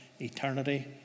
eternity